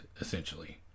essentially